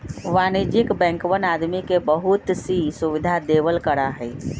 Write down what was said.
वाणिज्यिक बैंकवन आदमी के बहुत सी सुविधा देवल करा हई